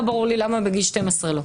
לא ברור לי למה בגיל 12 לא.